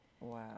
Wow